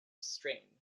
strain